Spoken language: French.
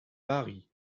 paris